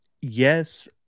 Yes